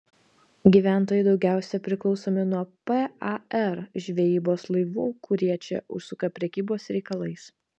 gyventojai daugiausiai priklausomi nuo par žvejybos laivų kurie čia užsuka prekybos reikalais